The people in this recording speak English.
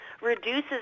reduces